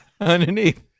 underneath